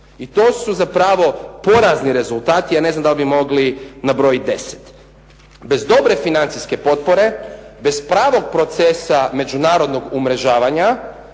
I to su zapravo porazni rezultati, ja ne znam dal bi mogli nabrojiti 10. Bez dobre financijske potpore, bez pravog procesa međunarodnog umrežavanja,